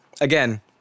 Again